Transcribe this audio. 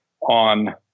on